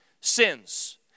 sins